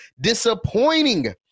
disappointing